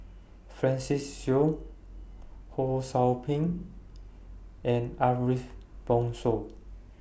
Francis Seow Ho SOU Ping and Ariff Bongso